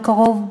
בקרוב,